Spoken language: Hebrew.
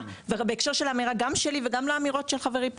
בהקשר של האמירה גם שלי ושל חברי פה: